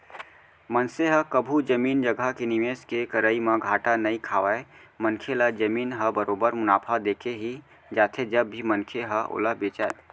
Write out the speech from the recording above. मनसे ह कभू जमीन जघा के निवेस के करई म घाटा नइ खावय मनखे ल जमीन ह बरोबर मुनाफा देके ही जाथे जब भी मनखे ह ओला बेंचय